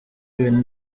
ibintu